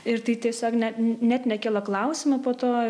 ir tai tiesiog ne net nekilo klausimų po to